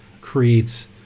creates